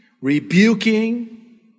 rebuking